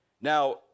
Now